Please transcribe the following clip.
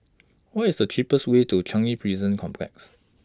What IS The cheapest Way to Changi Prison Complex